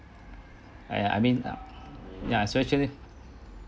I I mean uh ya especially